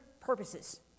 purposes